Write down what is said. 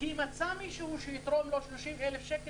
כי מצא מישהו שיתרום לו 30,000 שקל